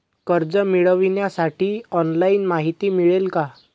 कर्ज मिळविण्यासाठी ऑनलाइन माहिती मिळेल का?